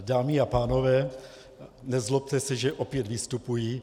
Dámy a pánové, nezlobte se, že opět vystupuji.